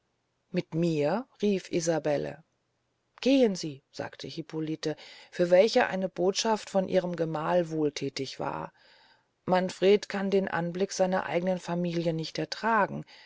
mit mir rief isabelle gehen sie sagte hippolite für welche eine botschaft von ihrem gemahl wohlthätig war manfred kann den anblick seiner eignen familie nicht ertragen